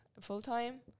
full-time